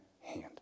hand